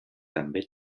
també